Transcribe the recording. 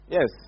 Yes